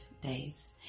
days